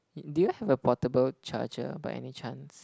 do you have a portable charger by any chance